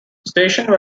station